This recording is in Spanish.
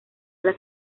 las